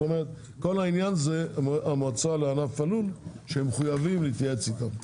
זאת אומרת כל העניין זה המועצה לענף הלול שהם מחויבים להתייעץ איתם.